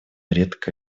редко